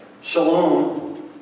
Shalom